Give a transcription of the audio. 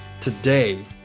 today